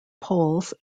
polls